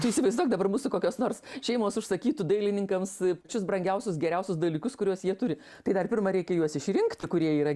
tu įsivaizduok dabar mūsų kokios nors šeimos užsakytų dailininkams pačius brangiausius geriausius dalykus kuriuos jie turi tai dar pirma reikia juos išrinkti kurie yra